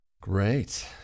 Great